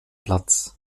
platz